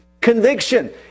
conviction